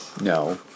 No